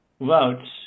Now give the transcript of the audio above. votes